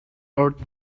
earth